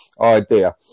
idea